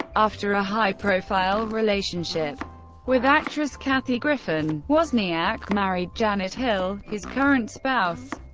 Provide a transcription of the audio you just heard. after a high-profile relationship with actress kathy griffin, wozniak married janet hill, his current spouse.